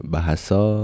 Bahasa